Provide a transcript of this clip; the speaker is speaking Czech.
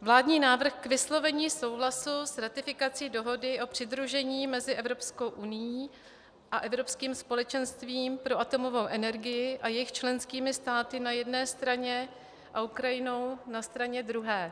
vládní návrh k vyslovení souhlasu s ratifikací Dohody o přidružení mezi Evropskou unií a Evropským společenstvím pro atomovou energii a jejich členskými státy na jedné straně a Ukrajinou na straně druhé.